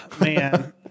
man